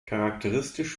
charakteristisch